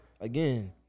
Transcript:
again –